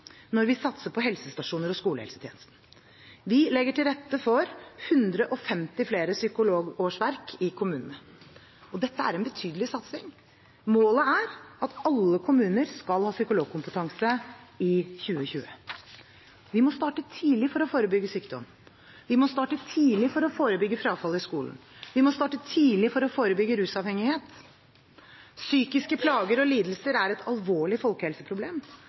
når vi satser på helsestasjoner og skolehelsetjenesten. Vi legger til rette for 150 flere psykologårsverk i kommunene. Dette er en betydelig satsing. Målet er at alle kommuner skal ha psykologkompetanse i 2020. Vi må starte tidlig for å forebygge sykdom. Vi må starte tidlig for å forebygge frafall i skolen. Vi må starte tidlig for å forebygge rusavhengighet. Psykiske plager og lidelser er et alvorlig folkehelseproblem,